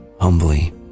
Humbly